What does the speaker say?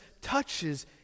touches